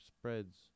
spreads